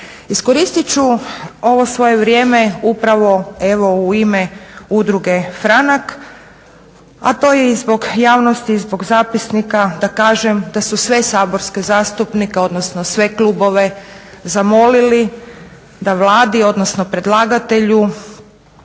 Iskoristit ću ovo svoje vrijeme upravo evo u ime Udruge "Franak", a to je i zbog javnosti i zbog zapisnika da kažem da su sve saborske zastupnike, odnosno sve klubove zamolili da Vladi, odnosno predlagatelju